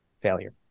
failure